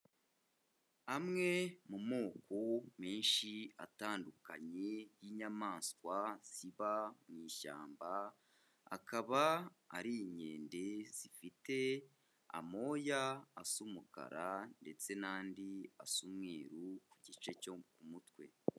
Amwe mu moko menshi atandukanye y'inyamaswa ziba mu ishyamba, akaba ari inkende zifite amoya asa umukara ndetse n'andi asa umweru ku gice cyo ku mutwe.